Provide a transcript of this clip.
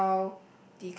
style